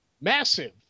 massive